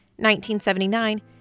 1979